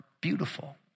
beautiful